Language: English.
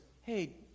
hey